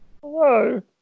Hello